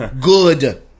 Good